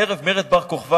ערב מרד בר-כוכבא,